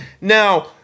now